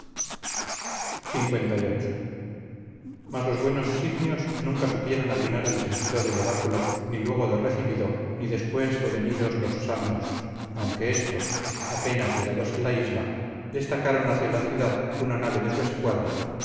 sus naves lviii mas los buenos sifnios nunca supieron atinar el sentido del oráculo ni luego de recibido ni después devenidos los samios aunque estos apenas llegados a la isla destacaron hacia la ciudad una nave de su escuadra